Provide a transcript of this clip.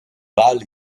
wal